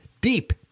deep